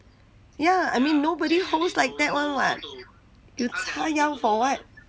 ya I mean nobody holds like that [one] [what] you 叉腰 for what